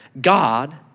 God